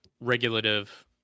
regulative